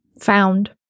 found